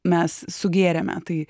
mes sugėrėme tai